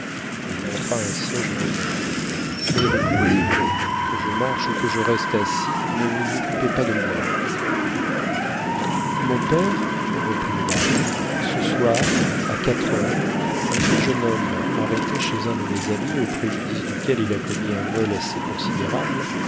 il montra un siége au jeune homme mais reprit-il que je marche ou que je reste assis ne vous occupez pas de moi mon père reprit le baron ce soir à quatre heures un très-jeune homme arrêté chez un de mes amis au préjudice duquel il a commis un vol assez considérable